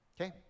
Okay